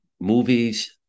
movies